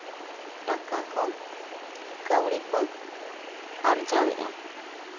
ᱴᱟᱠᱟ ᱠᱚ ᱠᱟᱹᱣᱰᱤ ᱠᱚ ᱟᱨᱡᱟᱣᱮᱫᱼᱟ